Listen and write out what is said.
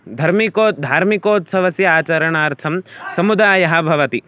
धार्मिकः धार्मिकोत्सवस्य आचरणार्थं समुदायः भवति